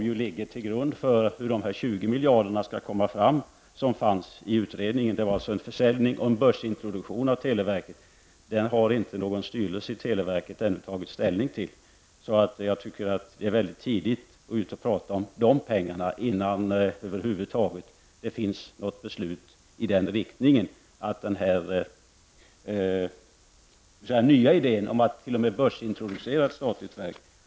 Den ligger ju till grund för frågan i utredningen om hur man skall få fram dessa 20 miljarder. Det handlar alltså om en försäljning och en börsintroduktion av televerket. Jag tycker därför det är för tidigt att tala om dessa pengar så länge det inte har fattats något beslut om att börsintroducera detta statliga verk.